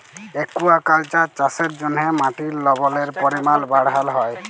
aquaculture চাষের জ্যনহে মাটির লবলের পরিমাল বাড়হাল হ্যয়